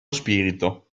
spirito